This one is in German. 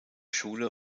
schule